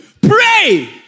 Pray